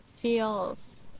feels